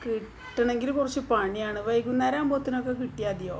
കിട്ടണമെങ്കില് കുറച്ച് പണിയാണ് വൈകുന്നേരാകുമ്പോഴത്തേനൊക്കെ കിട്ടിയാല് മതിയോ